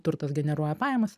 turtas generuoja pajamas